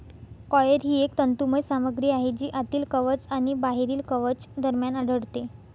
coir ही एक तंतुमय सामग्री आहे जी आतील कवच आणि बाहेरील कवच दरम्यान आढळते